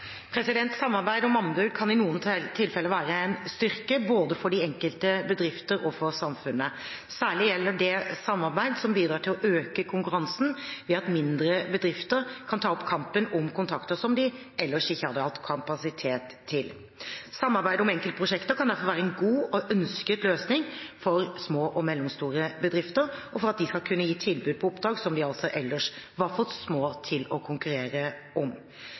Samarbeid om anbud kan i noen tilfeller være en styrke, både for de enkelte bedriftene og for samfunnet. Særlig gjelder det samarbeid som bidrar til å øke konkurransen, ved at mindre bedrifter kan ta opp kampen om kontrakter som de ellers ikke hadde hatt kapasitet til. Samarbeid om enkeltprosjekter kan derfor være en god og ønsket løsning for små og mellomstore bedrifter, SMB, for at de skal kunne gi tilbud på oppdrag som de ellers er for små til å konkurrere om.